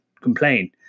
complain